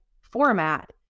format